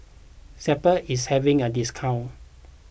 Zappy is having a discount